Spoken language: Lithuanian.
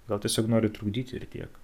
gal tiesiog nori trukdyti ir tiek